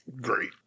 Great